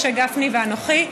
משה גפני ואנוכי.